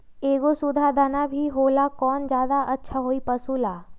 एगो सुधा दाना भी होला कौन ज्यादा अच्छा होई पशु ला?